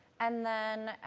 and then,